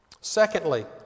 Secondly